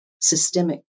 systemic